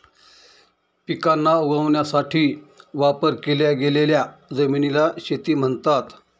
पिकांना उगवण्यासाठी वापर केल्या गेलेल्या जमिनीला शेती म्हणतात